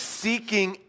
seeking